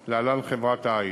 להלן: חברת "עיט".